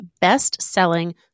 best-selling